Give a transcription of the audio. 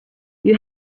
you